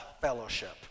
fellowship